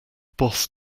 boss